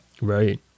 Right